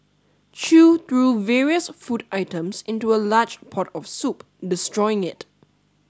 chew threw various food items into a large pot of soup destroying it